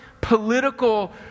political